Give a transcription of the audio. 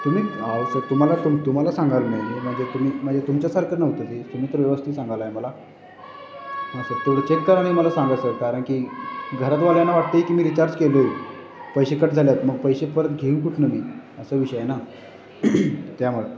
तुम्ही अहो सर तुम्हाला तुम तुम्हाला सांगाला नाही म्हणजे तुम्ही म्हणजे तुमच्यासारखं नव्हतं ते तुम्ही तर व्यवस्थित सांगालाय मला हां सर तेवढं चेक करा आणि मला सांगा सर कारणकी घरातवाल्यांना वाटतं आहे की मी रिचार्ज केलो आहे पैसे कट झाले आहेत मग पैसे परत घेऊ कुठून मी असं विषय आहे ना त्यामुळं